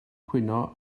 cwyno